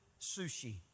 sushi